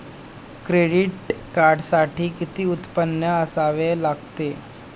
Credit कार्डसाठी किती उत्पन्न असावे लागते?